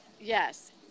Yes